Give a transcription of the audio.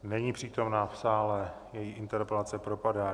Není přítomna v sále, její interpelace propadá.